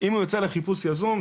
אם הוא יוצא לחיפוש יזום,